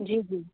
जी जी